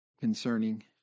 concerning